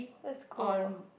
that's cool